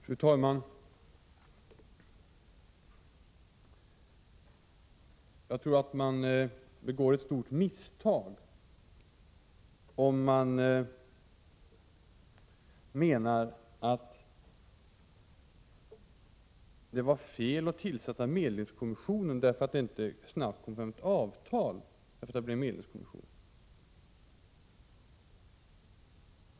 Fru talman! Jag tror att man begår ett stort misstag om man menar att det var fel att tillsätta medlingskommissionen därför att det inte snabbt kom fram ett avtal.